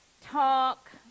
talk